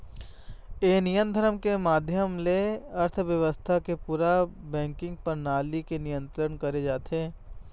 ये नियम धरम के माधियम ले अर्थबेवस्था के पूरा बेंकिग परनाली ले नियंत्रित करे जाथे